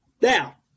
Now